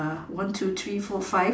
one two three four five